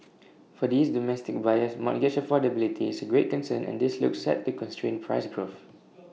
for these domestic buyers mortgage affordability is A greater concern and this looks set to constrain price growth